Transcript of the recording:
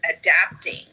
adapting